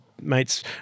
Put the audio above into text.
mates